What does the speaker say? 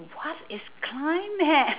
what is climate